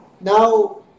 now